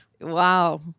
Wow